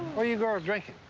are you girls drinking?